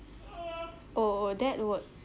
oh oh that work